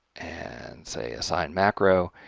and say assign macro,